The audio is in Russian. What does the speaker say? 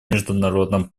международном